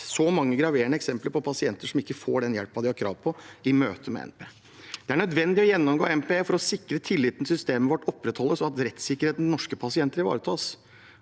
så mange graverende eksempler på pasienter som ikke får den hjelpen de har krav på i møte med NPE. Det er nødvendig å gjennomgå NPE for å sikre at tilliten til systemet vårt opprettholdes, og at rettssikkerheten til norske pasienter ivaretas.